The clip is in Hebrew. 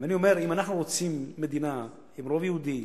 ואני אומר: אם אנחנו רוצים מדינה עם רוב יהודי,